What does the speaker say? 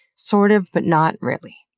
sort of, but not really.